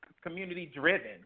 community-driven